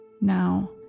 Now